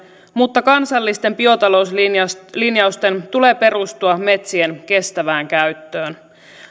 mutta kansallisten biotalouslinjausten tulee perustua metsien kestävään käyttöön